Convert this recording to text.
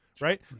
right